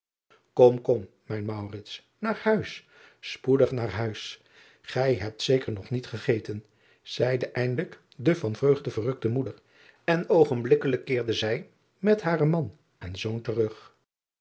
om kom mijn naar huis spoedig naar huis ij hebt zeker nog niet gegeten zeide eindelijk de van vreugde verrukte moeder en oogenblikkelijk keerde zij met haren man en zoon terug